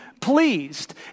pleased